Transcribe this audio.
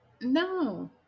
No